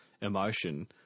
emotion